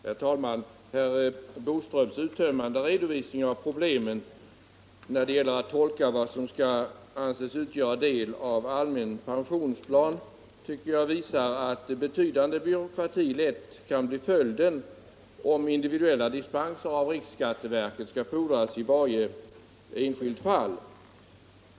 Herr talman! Herr Boströms uttömmande redovisning av problemen när det gäller att tolka vad som skall anses utgöra del av allmän pensionsplan tycker jag visar att en betydande byråkrati lätt kan bli följden, om individuella dispenser skall fordras av riksskatteverket i varje enskilt fall.